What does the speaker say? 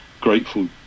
grateful